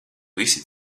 visi